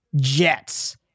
jets